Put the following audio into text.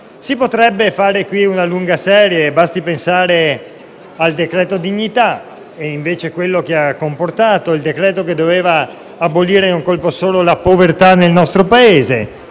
Si potrebbe fare qui una lunga serie di nomi: basti pensare al decreto dignità e a quello che invece ha comportato; era il decreto-legge che doveva abolire in un colpo solo la povertà nel nostro Paese,